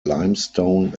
limestone